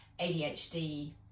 ADHD